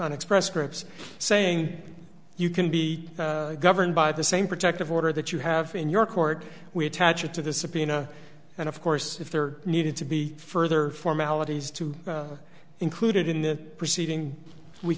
on express scripts saying you can be governed by the same protective order that you have in your court we attach it to the subpoena and of course if there needed to be further formalities to included in this proceeding we